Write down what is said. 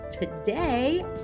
today